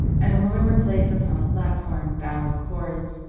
and the women were placed upon a plat form bound with cords,